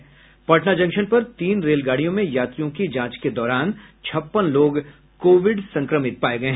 कल पटना जंक्शन पर तीन रेलगाड़ियों में यात्रियों की जांच के दौरान छप्पन लोग कोविड संक्रमित पाये गये